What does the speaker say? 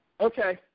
Okay